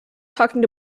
talking